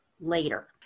later